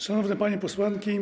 Szanowne Panie Posłanki!